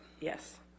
Yes